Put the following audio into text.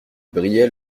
brillait